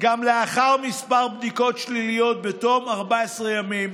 גם לאחר בדיקות שליליות בתום 14 ימים,